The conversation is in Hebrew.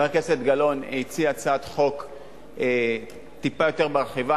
חבר הכנסת גילאון הציע הצעת חוק טיפה יותר מרחיבה,